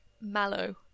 Mallow